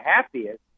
happiest